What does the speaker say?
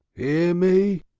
ear me?